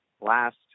last